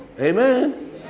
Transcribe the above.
Amen